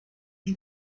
del